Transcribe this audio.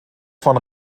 von